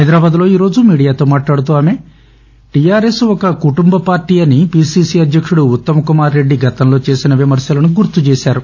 హైదరాబాద్లో ఈరోజు మీడియాతో మాట్లాడుతూ ఆమె టీఆర్ఎస్ కుటుంబ పార్టీ అని పిసిసి అధ్యక్షుడు ఉత్తమ్కుమార్రెడ్డి గతంలో చేసిన విమర్శలను గుర్తు చేశారు